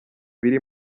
biri